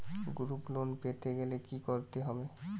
Group loan পেতে গেলে কি করতে হবে?